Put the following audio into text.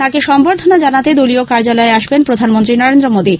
তাঁকে সম্বর্ধনা জানাতে দলীয় কার্যালয়ে আসবেন প্রধানমন্ত্রী নরেন্দ্র মোদী